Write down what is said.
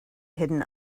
hidden